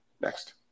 Next